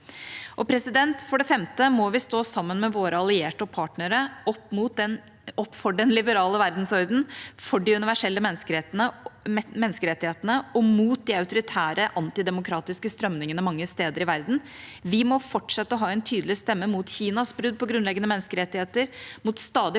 gjør det. For det femte må vi sammen med våre allierte og partnere stå opp for den liberale verdensordenen, for de universelle menneskerettighetene og mot de autoritære antidemokratiske strømningene mange steder i verden. Vi må fortsette å ha en tydelig stemme mot Kinas brudd på grunnleggende menneskerettigheter,